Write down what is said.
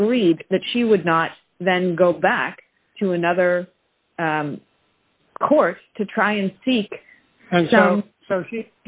agreed that she would not then go back to another court to try and seek so